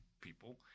people